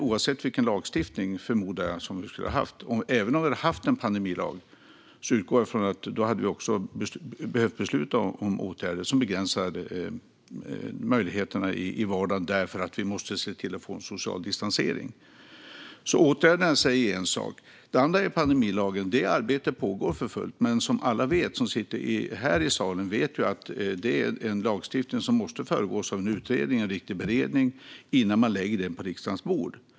Oavsett om vi hade haft en pandemilag eller inte hade vi behövt besluta om åtgärder som begränsar vardagen för att skapa social distansering. Den andra delen rör pandemilagen, och arbetet med den pågår för fullt. Men som alla här i salen vet måste en lagstiftning föregås av utredning och beredning innan den läggs på riksdagens bord.